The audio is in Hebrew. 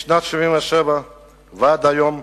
משנת 1977 ועד היום,